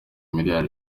miliyari